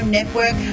Network